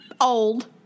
old